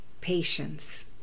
patience